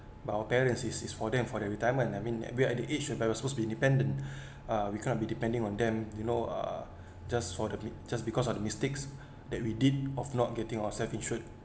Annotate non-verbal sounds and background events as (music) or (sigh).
but our parents is is for them for their retirement I mean we're at the age where we're supposed be independent (breath) uh we can't be depending on them you know uh just for the just because of the mistakes that we did of not getting ourselves insured